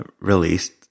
released